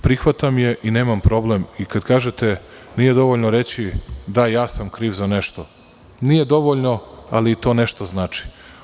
Prihvatam je i nemam problem, i kad kažete nije dovoljno reći - da ja sam kriv za nešto, nije dovoljno, ali i to nešto znači.